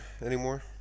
anymore